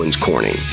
Corning